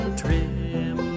trim